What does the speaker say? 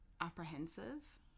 apprehensive